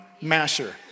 masher